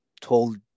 told